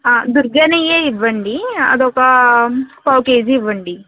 దుర్గే నెయ్యే ఇవ్వండీ అదొకా పావుకేజీ ఇవ్వండి